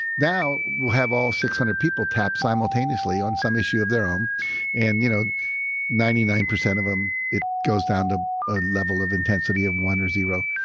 now, we'll have all six hundred people tap simultaneously on some issue of their own and you know ninety nine of them, it goes down to a level of intensity of one or zero.